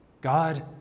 God